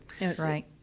right